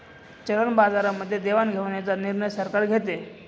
चलन बाजारामध्ये देवाणघेवाणीचा निर्णय सरकार घेते